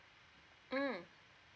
mm